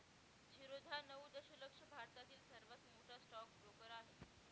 झिरोधा नऊ दशलक्ष भारतातील सर्वात मोठा स्टॉक ब्रोकर आहे